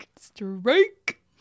Strike